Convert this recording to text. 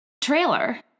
trailer